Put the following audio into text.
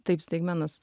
taip staigmenas